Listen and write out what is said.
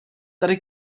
tady